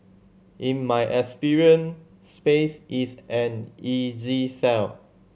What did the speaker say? in my experience space is an easy sell